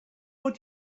what